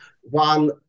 one